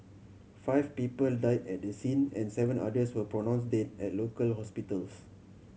five people died at the scene and seven others were pronounced dead at local hospitals